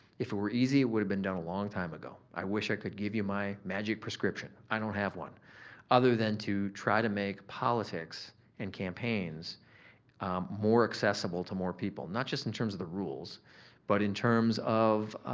if it were easy, it would've been done a long time ago. i wish i could give you my magic prescription. i don't have one other than to try to make politics and campaigns more accessible to more people, not just in terms of the rules but in terms of